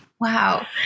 Wow